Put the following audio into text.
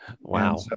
Wow